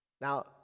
Now